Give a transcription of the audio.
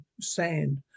sand